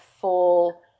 full